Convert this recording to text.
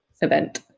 event